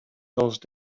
those